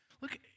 look